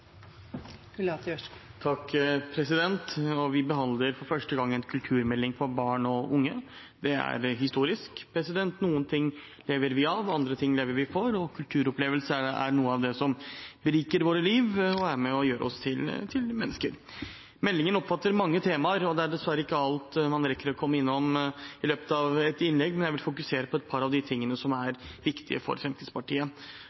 historisk. Noen ting lever vi av, andre ting lever vi for, og kulturopplevelser er noe av det som beriker våre liv og er med og gjør oss til mennesker. Meldingen omfatter mange temaer, og det er dessverre ikke alt man rekker å komme innom i løpet av et innlegg, men jeg vil fokusere på et par av de tingene som